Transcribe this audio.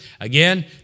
again